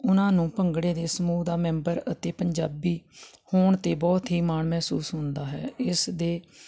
ਉਹਨਾਂ ਨੂੰ ਆਪਣੇ ਸਮੂਹ ਦਾ ਮੈਂਬਰ ਅਤੇ ਪੰਜਾਬੀ ਹੋਣ 'ਤੇ ਬਹੁਤ ਹੀ ਮਾਣ ਮਹਿਸੂਸ ਹੁੰਦਾ ਹੈ ਇਸ ਦੇ